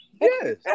Yes